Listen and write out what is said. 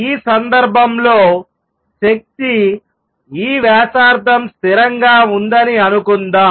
ఈ సందర్భంలో శక్తి ఈ వ్యాసార్థం స్థిరంగా ఉందని అనుకుందాం